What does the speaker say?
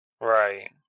Right